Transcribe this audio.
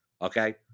Okay